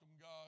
God